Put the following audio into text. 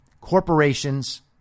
corporations